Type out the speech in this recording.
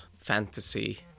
fantasy